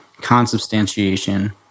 consubstantiation